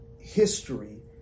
history